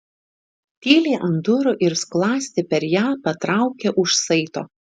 tyliai ant durų ir skląstį per ją patraukė už saito